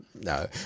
No